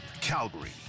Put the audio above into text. Calgary